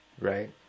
right